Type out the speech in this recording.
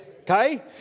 Okay